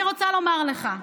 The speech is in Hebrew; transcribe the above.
אני רוצה לומר לך: